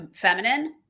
feminine